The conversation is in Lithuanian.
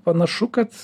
panašu kad